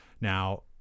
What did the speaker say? now